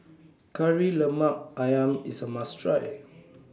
Kari Lemak Ayam IS A must Try